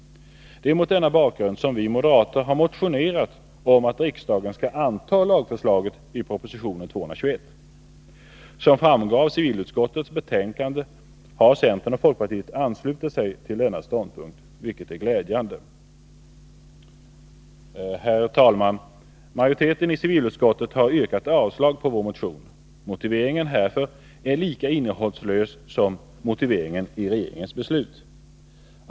Det är mot denna bakgrund som vi moderater har motionerat om att riksdagen skall anta lagförslaget i proposition 1981/82:221. Som framgår av civilutskottets betänkande har centern och folkpartiet anslutit sig till denna ståndpunkt, vilket är glädjande. Herr talman! Majoriteten i civilutskottet har yrkat avslag på vår motion. Motiveringen härför är lika innehållslös som motiveringen i regeringens beslut.